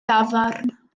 dafarn